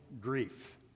grief